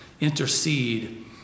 intercede